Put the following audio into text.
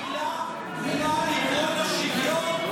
מילה על עקרון השוויון,